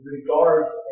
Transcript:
regards